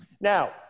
Now